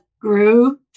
grew